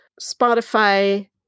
Spotify